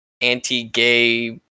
anti-gay